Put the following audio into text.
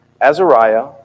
Azariah